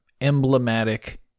emblematic